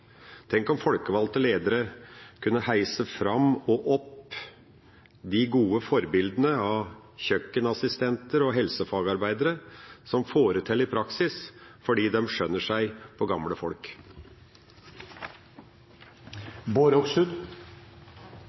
Tenk om folkevalgte ledere kunne heise fram og opp de gode forbildene av kjøkkenassistenter og helsefagarbeidere som får det til i praksis, fordi de skjønner seg på gamle folk.